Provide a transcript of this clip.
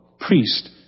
priest